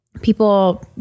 people